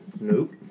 Nope